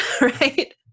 Right